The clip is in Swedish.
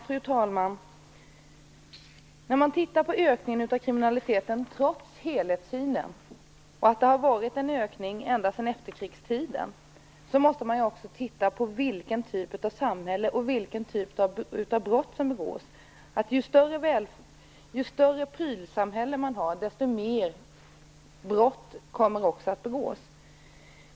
Fru talman! När man ser på ökningen av kriminaliteten, trots helhetssynen, och att det har varit en ökning under hela efterkrigstiden, måste man också se på vilken typ av samhälle vi har och vilken typ av brott som begås. Ju större prylsamhälle man har, desto fler brott begås.